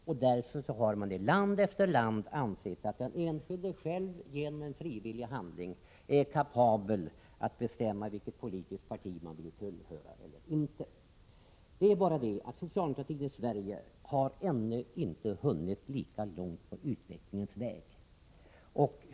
Är det inte därför man i land efter land ansett att den enskilde själv är kapabel att bestämma vilket politiskt parti han vill tillhöra och att förverkliga det genom en frivillig handling? Socialdemokratin i Sverige har ännu inte hunnit lika långt på utvecklingens väg.